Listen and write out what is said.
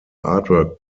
artwork